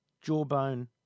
Jawbone